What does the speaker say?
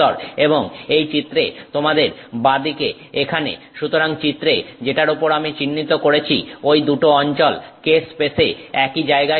এবং এই চিত্রে তোমাদের বাঁদিকে এখানে সুতরাং চিত্রে যেটার ওপর আমি চিহ্নিত করেছি ঐ দুটো অঞ্চল k স্পেস এ একই জায়গায় রয়েছে